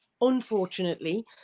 unfortunately